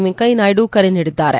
ವೆಂಕಯ್ಲ ನಾಯ್ಡು ಕರೆ ನೀಡಿದ್ದಾರೆ